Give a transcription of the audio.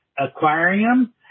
aquarium